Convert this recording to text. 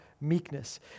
meekness